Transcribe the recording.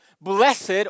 Blessed